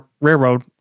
railroad